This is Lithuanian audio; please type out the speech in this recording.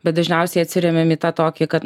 bet dažniausiai atsirėmiam į tą tokį kad